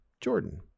Jordan